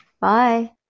Bye